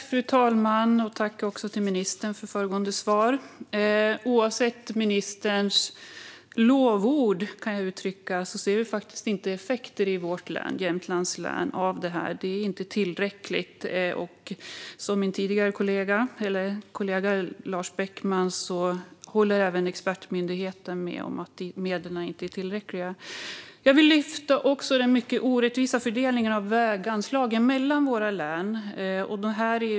Fru talman! Tack, ministern, för föregående svar! Oavsett ministerns lovord ser vi faktiskt inte effekterna av detta i Jämtlands län. Det är inte tillräckligt, och som min kollega Lars Beckman sa håller även expertmyndigheten med om att medlen inte är tillräckliga. Jag vill också lyfta upp den mycket orättvisa fördelningen av väganslagen mellan våra län.